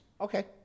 Okay